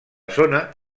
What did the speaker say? zona